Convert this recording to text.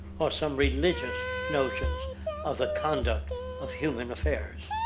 or some religion's notion of the conduct of human affairs.